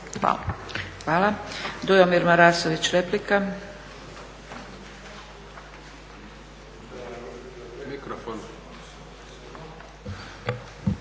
Hvala.